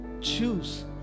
choose